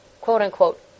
quote-unquote